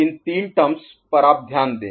इन तीन टर्म्स पर आप ध्यान दें